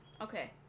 Okay